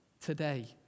today